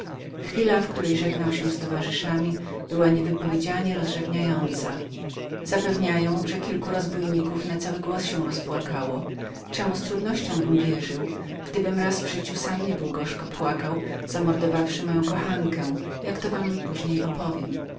chwila w której żegnał się z towarzyszami była niewypowiedzianie rozrzewniającą zapewniają że kilku rozbójników na cały głos się rozpłakało czemu z trudnością bym wierzył gdybym raz w życiu sam nie był gorzko płakał zamordowawszy moją kochankę jak to wam później opowiem